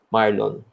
Marlon